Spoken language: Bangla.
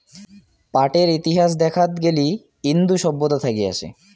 পাটের ইতিহাস দেখাত গেলি ইন্দু সভ্যতা থাকি আসে